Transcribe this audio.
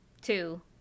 Two